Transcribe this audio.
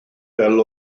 fel